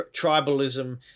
tribalism